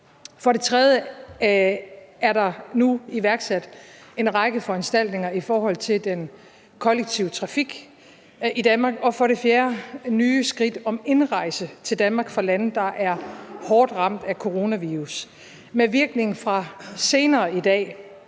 For det tredje er der nu iværksat en række foranstaltninger i forhold til den kollektive trafik i Danmark. Og for det fjerde er der nye skridt i forhold til indrejse i Danmark fra lande, der er hårdt ramt af coronavirus. Med virkning fra senere i dag